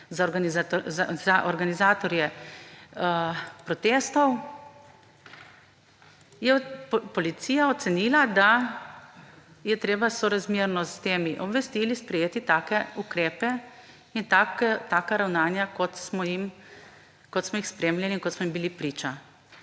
za organizatorje protestov, je policija ocenila, da je treba sorazmerno s temi obvestili sprejeti take ukrepe in taka ravnanja, kot smo jih spremljali in kot smo jim bili priča.